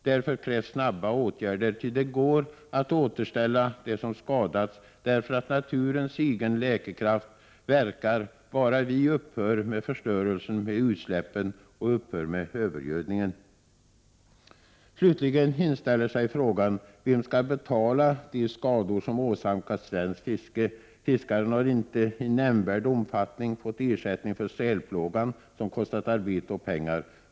Därför krävs snabba åtgärder, ty det går att återställa det som skadats därför att naturens egen läkekraft verkar, bara vi upphör med förstörelsen med utsläppen och med övergödningen. Slutligen inställer sig frågan: Vem skall betala de skador som åsamkats svenskt fiske? Fiskaren har inte i nämnvärd omfattning fått ersättning för sälplågan, som kostat arbete och pengar.